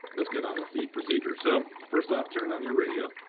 let's get on with the procedure. so, first off, turn on your radio.